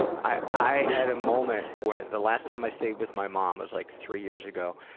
i i had a moment when the last time i stayed with my mom was like three years ago.